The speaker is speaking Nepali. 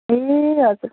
ए हजुर